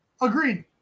Agreed